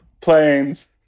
planes